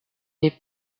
les